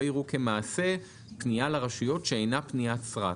יראו כמעשה פנייה לרשויות שאינה פניית סרק".